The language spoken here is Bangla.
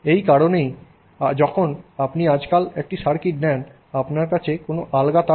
এই কারণেই যখন আপনি আজকাল একটি সার্কিট নেন আপনার কাছে কোন আলগা তার থাকেনা